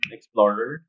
Explorer